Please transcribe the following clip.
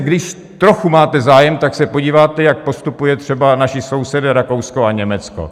Přece když trochu máte zájem, tak se podíváte, jak postupují třeba naši sousedé Rakousko a Německo.